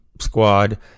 squad